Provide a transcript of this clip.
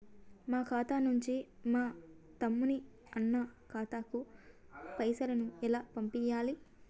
మా ఖాతా నుంచి మా తమ్ముని, అన్న ఖాతాకు పైసలను ఎలా పంపియ్యాలి?